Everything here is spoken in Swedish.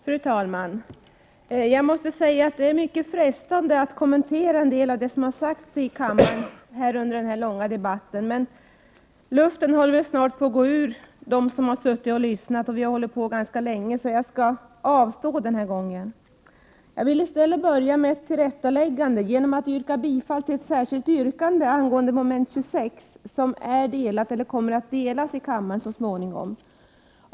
Fru talman! Jag måste säga att det vore mycket frestande att kommentera det som har sagts i kammaren, men luften håller snart på att gå ur dem som suttit och lyssnat, för debatten har ju pågått ganska länge. Så jag skall avstå från det den här gången. Jag vill i stället börja med ett tillrättaläggande genom att yrka bifall till ett särskilt yrkande angående mom. 26, som är utdelat till kammarens ledamöter.